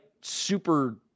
super